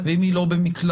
ואם היא לא במקלט,